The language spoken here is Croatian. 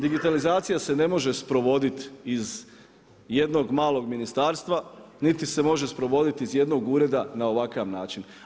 Digitalizacija se ne može sprovoditi iz jednog malog ministarstva, niti se može sprovoditi iz jednog ureda na ovakav način.